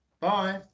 Bye